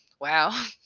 wow